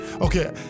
Okay